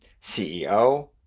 CEO